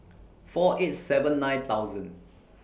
four eight seven nine thousand